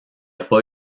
pas